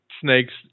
snakes